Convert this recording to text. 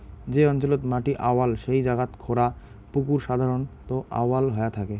যে অঞ্চলত মাটি আউয়াল সেই জাগাত খোঁড়া পুকুর সাধারণত আউয়াল হয়া থাকে